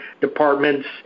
departments